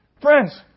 Friends